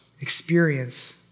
experience